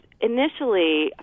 initially